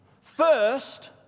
first